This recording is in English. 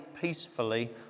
peacefully